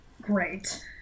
Great